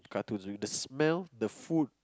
cartoons right the smell the food